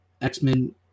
X-Men